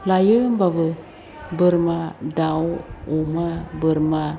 लायो होमब्लाबो बोरमा दाउ अमा बोरमा